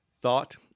thought